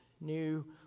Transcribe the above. new